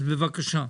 אז, בבקשה.